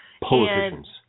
Politicians